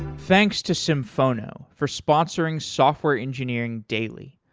thanks to symphono for sponsoring software engineering daily.